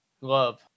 Love